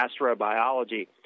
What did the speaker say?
astrobiology